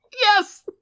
Yes